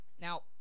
Now